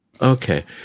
Okay